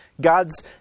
God's